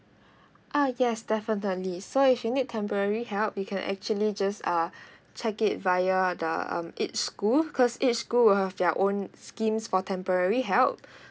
uh yes definitely so if you need temporary help you can actually just uh check it via the um aids school cause aids school have their own schemes for temporary help